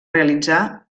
realitzar